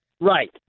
Right